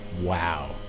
wow